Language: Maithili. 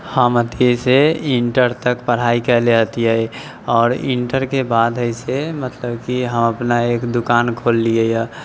हम अथि से इन्टर तक पढ़ाइ कयले हथियै आओर इन्टरके बाद हय से मतलब कि हम अपना एक दुकान खोललियै यऽ